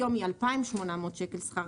היום היא 2,800 שקל שכר